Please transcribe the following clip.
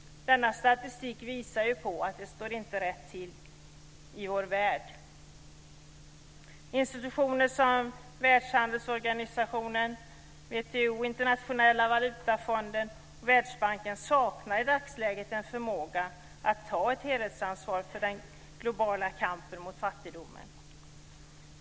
Denna statistik visar ju att det inte står rätt till i vår värld. WTO, Internationella valutafonden och Världsbanken saknar i dagsläget en förmåga att ta ett helhetsansvar för den globala kampen mot fattigdomen.